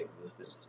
existence